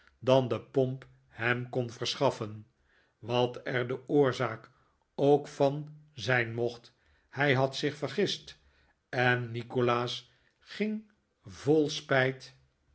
dan de pomp hem kon verschaffen wat er de oorzaak ook van zijn mocht hij had zich vergist en nikolaas ging vol spijt